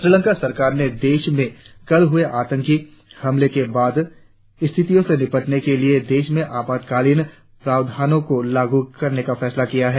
श्रीलंका सरकार ने देश में कल हुए आतंकी हमले के बाद स्थितियों से निपटने के लिए देश में आपातकालिन प्रावधानों को लागू करने का फैसला लिया है